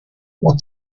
what